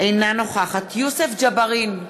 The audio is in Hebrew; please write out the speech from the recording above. אינה נוכחת יוסף ג'בארין,